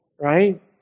Right